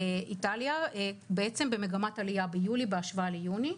איטליה בעצם במגמת עלייה ביולי בהשוואה ליוני.